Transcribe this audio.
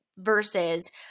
versus